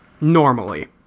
Normally